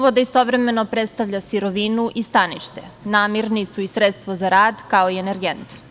Voda istovremeno predstavlja sirovinu i stanište, namirnicu i sredstvo za rad, kao i energent.